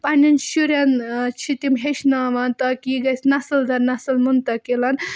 پنٛنٮ۪ن شُرٮ۪ن چھِ تِم ہیٚچھناوان تاکہِ یہِ گژھِ نسٕل درنسٕل منتقِل